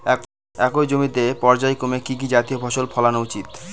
একই জমিতে পর্যায়ক্রমে কি কি জাতীয় ফসল ফলানো উচিৎ?